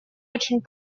очень